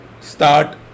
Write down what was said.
start